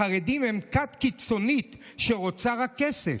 החרדים הם כת קיצונית שרוצה רק כסף,